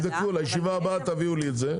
אז תבדקו ולישיבה הבאה תביאו לי את זה.